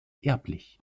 erblich